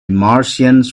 martians